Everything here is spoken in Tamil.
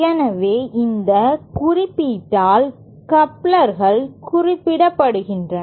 எனவே இந்த குறியீட்டால் கப்ளர்கள் குறிப்பிடப்படுகின்றன